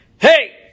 Hey